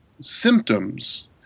symptoms